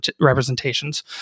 representations